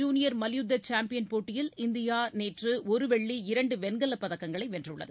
junior மல்யுத்தசாம்பியன் போட்டியில் இந்தியாநேற்றுஒருவெள்ளி ஆசிய இரண்டுவெண்கலப்பதக்கங்களைவென்றுள்ளது